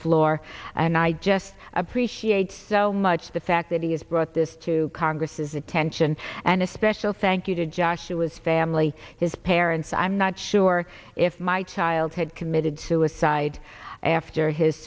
floor and i just appreciate so much the fact that he has brought this to congress's attention and a special thank you to josh to his family his parents i'm not sure if my child had committed suicide after his